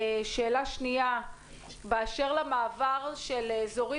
שאלה שנייה באשר למעבר של אזורים